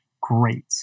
great